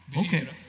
Okay